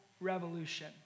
revolution